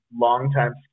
long-time